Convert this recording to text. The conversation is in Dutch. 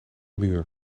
muur